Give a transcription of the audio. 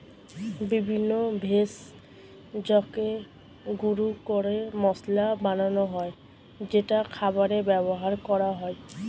বিভিন্ন ভেষজকে গুঁড়ো করে মশলা বানানো হয় যেটা খাবারে ব্যবহার করা হয়